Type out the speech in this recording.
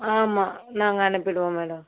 ஆமாம் நாங்கள் அனுப்பிவிடுவோம் மேடம்